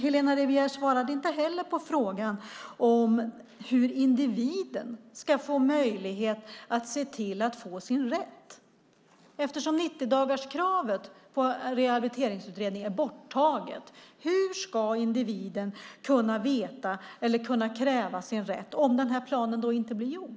Helena Rivière svarade inte heller på frågan hur individen ska få möjlighet att få sin rätt, eftersom 90-dagarskravet i rehabiliteringsutredningen är borttaget. Hur ska individen kunna kräva sin rätt om en rehabiliteringsplan inte blir gjord?